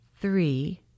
Three